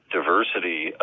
diversity